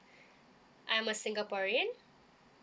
I'm a singaporean